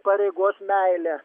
pareigos meilė